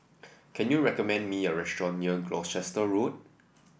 can you recommend me a restaurant near Gloucester Road